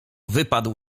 wypadł